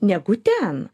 negu ten